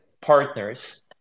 partners